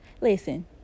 listen